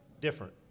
different